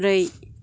ब्रै